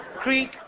Creek